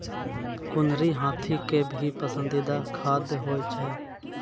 कुनरी हाथी के भी पसंदीदा खाद्य होय छै